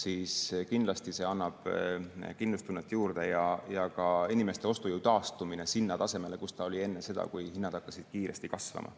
See kindlasti annab kindlustunnet juurde. Samuti on inimeste ostujõu taastumine sinna tasemele, kus ta oli enne seda, kui hinnad hakkasid kiiresti kasvama,